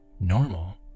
normal